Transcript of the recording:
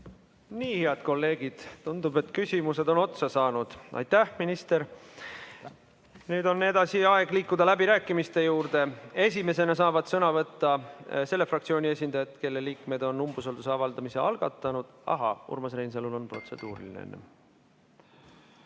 Nii, head kolleegid, tundub, et küsimused on otsa saanud. Aitäh, minister! Nüüd on aeg liikuda läbirääkimiste juurde. Esimesena saavad sõna võtta selle fraktsiooni esindajad, kelle liikmed on umbusalduse avaldamise algatanud. Ahaa! Urmas Reinsalul on enne protseduuriline